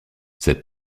cette